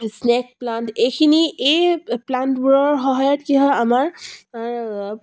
snack plant এইখিনি এই প্লাণ্টবোৰৰ সহায়ত কি হয় আমাৰ